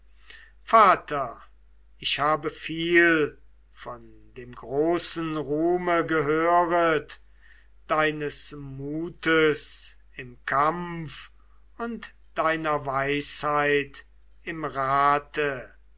vater ich habe viel von dem großen ruhme gehöret deines mutes im kampf und deiner weisheit im rate